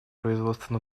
производство